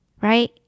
right